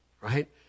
right